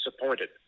disappointed